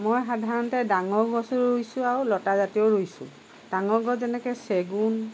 মই সাধাৰণতে ডাঙৰ গছো ৰুইছোঁ আৰু লতাজাতীয় ৰুইছোঁ ডাঙৰ গছ যেনেকৈ চেগুণ